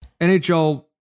NHL